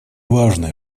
важно